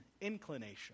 inclination